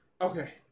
Okay